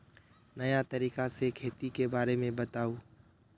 नया तरीका से खेती के बारे में बताऊं?